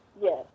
Yes